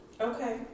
Okay